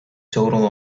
total